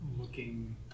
looking